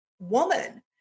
woman